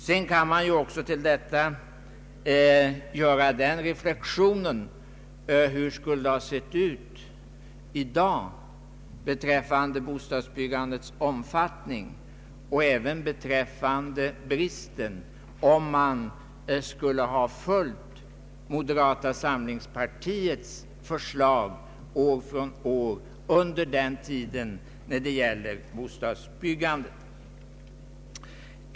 Vidare kan jag utöver detta ställa frågan: Hur skulle det ha sett ut i dag beträffande bostadsbyggandets omfattning och även beträffande bostadsbristen, om vi skulle ha följt moderata samlingspartiets förslag när det gäller bostadsbyggandet år från år under den tid det här gäller?